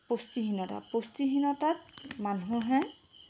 পুষ্টিহীনতা পুষ্টিহীনতাত মানুহে